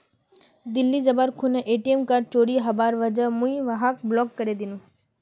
दिल्ली जबार खूना ATM card चोरी हबार वजह मुई वहाक ब्लॉक करे दिनु